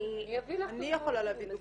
נביא לך דוגמאות.